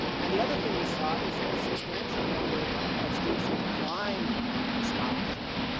and the other thing we saw is that a substantial number of students who declined the scholarship,